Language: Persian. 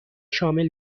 شامل